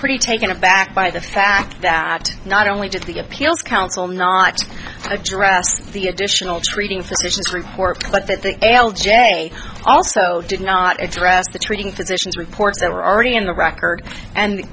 pretty taken aback by the fact that not only does the appeals council not address the additional treating physicians report but that the a l j also did not address the treating physicians reports that were already in the record and